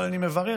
אבל אני מברך